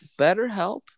BetterHelp